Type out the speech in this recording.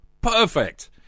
Perfect